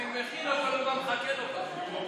אני מכין אותו למה שמחכה לו פשוט.